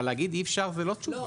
אבל להגיד שאי אפשר זה לא תשובה.